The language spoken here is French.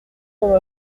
ton